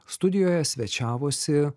studijoje svečiavosi